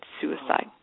suicide